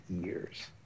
years